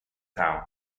town